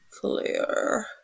clear